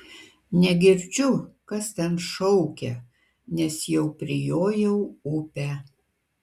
negirdžiu kas ten šaukia nes jau prijojau upę